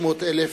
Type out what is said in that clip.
600,000 עובדים.